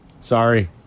Sorry